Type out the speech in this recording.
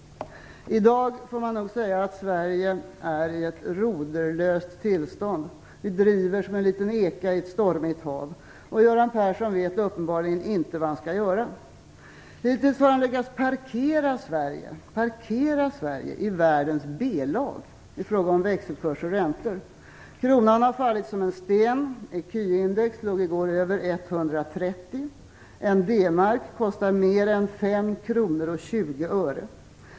I dag får man nog säga att Sverige är i ett roderlöst tillstånd. Vi driver som en liten eka i ett stormigt hav. Göran Persson vet uppenbarligen inte vad han skall göra. Hittills har han lyckats parkera Sverige i världens B-lag i fråga om växelkurs och räntor. Kronan har fallit som en sten. Ecuindex låg i går över 130. En D mark kostar mer än 5 kronor och 20 öre.